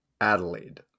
Adelaide